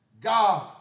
God